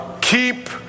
keep